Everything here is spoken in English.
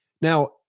Now